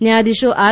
ન્યાયાધીશો આર